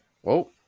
Whoa